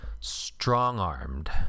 Strong-armed